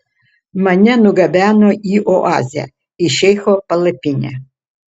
mane nugabeno į oazę į šeicho palapinę